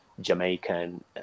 Jamaican